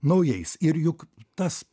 naujais ir juk tas